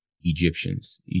Egyptians